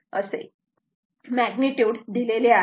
हे सर्व मॅग्निट्युड आहेत